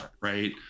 Right